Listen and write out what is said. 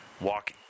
walk